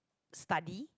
study